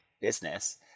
business